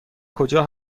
کجا